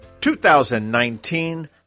2019